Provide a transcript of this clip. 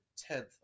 tenth